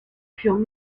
furent